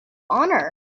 honor